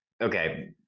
okay